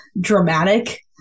dramatic